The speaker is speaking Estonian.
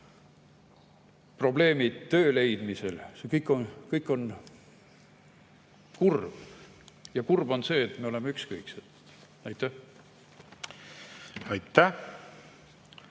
probleemid töö leidmisel – see kõik on kurb. Ja kurb on see, et meie oleme ükskõiksed. Aitäh! Rohkem